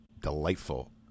delightful